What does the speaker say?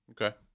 okay